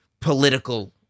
political